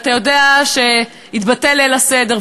ואתה יודע שיתבטל ליל הסדר,